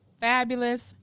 fabulous